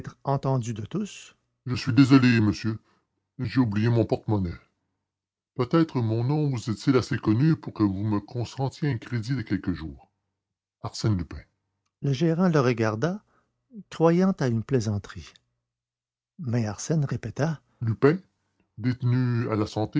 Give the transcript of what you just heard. entendu de tous je suis désolé monsieur j'ai oublié mon porte-monnaie peut-être mon nom vous est-il assez connu pour que vous me consentiez un crédit de quelques jours arsène lupin le gérant le regarda croyant à une plaisanterie mais arsène répéta lupin détenu à la santé